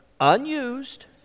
unused